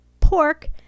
pork